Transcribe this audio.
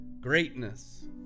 greatness